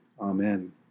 Amen